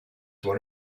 one